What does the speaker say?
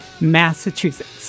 Massachusetts